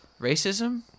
racism